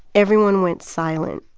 everyone went silent.